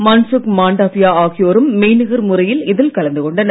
மன்சுக் மாண்டவியா ஆகியோரும் மெய்நிகர் முறையில் இதில் கலந்து கொண்டனர்